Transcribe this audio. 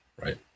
right